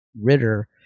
Ritter